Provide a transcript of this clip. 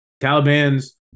Taliban's